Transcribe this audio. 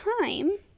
time